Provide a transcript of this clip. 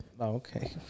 Okay